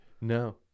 No